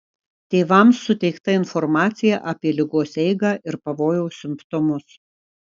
tėvams suteikta informacija apie ligos eigą ir pavojaus simptomus